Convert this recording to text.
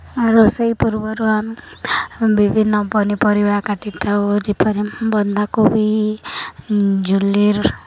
ରୋଷେଇ ପୂର୍ବରୁ ଆମେ ବିଭିନ୍ନ ପନିପରିବା କାଟିଥାଉ ଯେପରି ବନ୍ଧାକୋବି ଝୁଲେର୍